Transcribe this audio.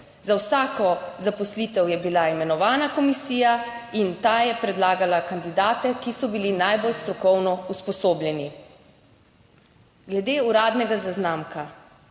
Za vsako zaposlitev je bila imenovana komisija in ta je predlagala kandidate, ki so bili najbolj strokovno usposobljeni. Glede uradnega zaznamka.